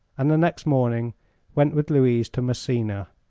and the next morning went with louise to messina.